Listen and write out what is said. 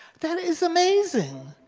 that is amazing!